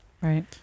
right